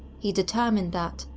he determined that,